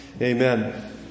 amen